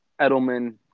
Edelman